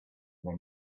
then